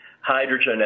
hydrogen